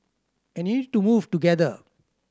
and you need to move together